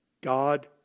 God